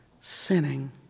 sinning